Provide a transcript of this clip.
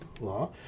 law